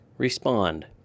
Respond